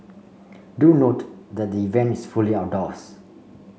do note that the event is fully outdoors